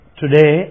today